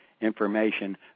information